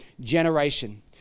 generation